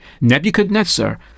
Nebuchadnezzar